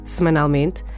Semanalmente